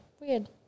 Weird